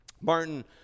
Martin